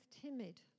timid